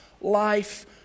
life